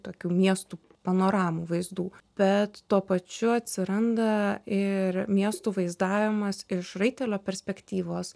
tokių miestų panoramų vaizdų bet tuo pačiu atsiranda ir miestų vaizdavimas iš raitelio perspektyvos